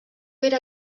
era